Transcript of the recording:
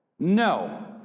No